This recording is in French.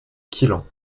quillan